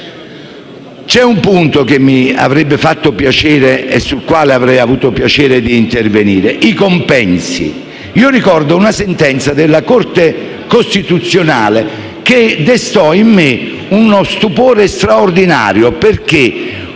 C'è un punto sul quale avrei avuto piacere di intervenire: i compensi. Ricordo una sentenza della Corte costituzionale che destò in me uno stupore straordinario.